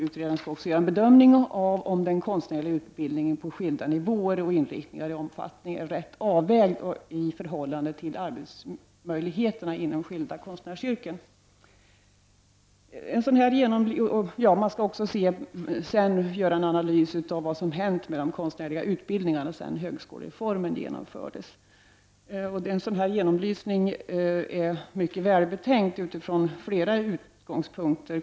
Utredaren skall också bedöma om de konstnärliga utbildningarna på skilda nivåer i fråga om inriktning och omfattning är rätt avvägda i förhållande till arbetsmöjligheterna inom skilda konstnärsyrken. Man skall också göra en analys av vad som hänt med den konstnärliga utbildningen sedan högskolereformen genomfördes. En sådan här genomlysning är välbetänkt från flera utgångspunkter.